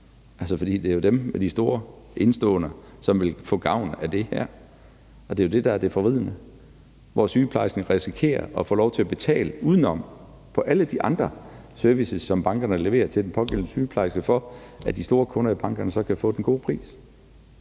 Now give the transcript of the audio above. For det er jo dem med de store indeståender, som vil få gavn af det her, og det er jo det, der er det forvridende, hvor sygeplejersken risikerer at få lov til at betale udenom for alle de andre servicer, som bankerne leverer til sygeplejersken, for at de store kunder i bankerne så kan få den gode pris.